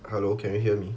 hello can you hear me